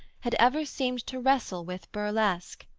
had ever seemed to wrestle with burlesque,